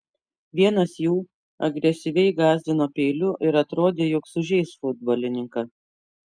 vienas jų agresyviai gąsdino peiliu ir atrodė jog sužeis futbolininką